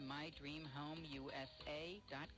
mydreamhomeusa.com